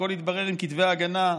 הכול יתברר עם כתבי ההגנה,